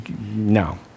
No